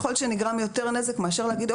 יכול להיות שנגרם יותר נזק מאשר להגיד,